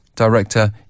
Director